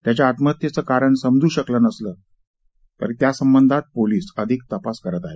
त्याच्या आत्महत्येचं कारण समजू शकलं नसून यासंबंधी पोलीस अधिक तपास करत आहेत